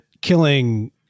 killing